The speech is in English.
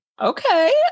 okay